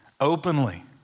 openly